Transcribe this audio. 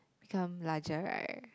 become larger right